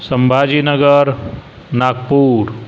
Sambhajinagar Nagpur